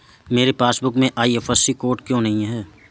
मेरे पासबुक में IFSC code क्यो नहीं है?